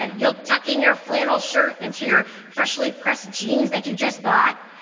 ah you'll tuck in your flannel shirt into your freshly pressed jeans that you just bought,